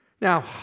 Now